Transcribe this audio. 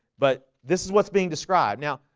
but this is what's being described now,